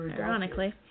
ironically